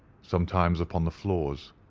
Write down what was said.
sometimes upon the floors,